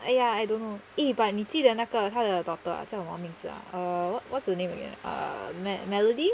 !aiya! I don't know eh but 你记得那个他的 daughter ah 叫什么名字 ah err wha~ what's her name again err mel~ melody